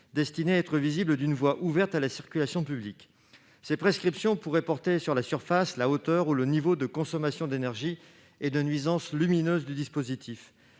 destinées à être visibles d'une voie ouverte à la circulation publique ». Ces prescriptions pourraient porter sur la surface, la hauteur, ou le niveau de consommation d'énergie et de nuisance lumineuse du dispositif.